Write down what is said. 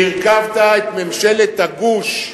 כשהרכבת את ממשלת הגוש,